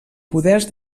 poders